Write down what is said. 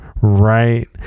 right